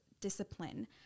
discipline